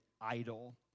idol